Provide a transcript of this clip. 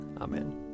Amen